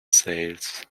sales